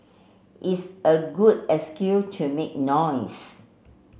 it's a good excuse to make noise